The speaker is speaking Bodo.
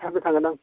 थाबनो थांगोन आं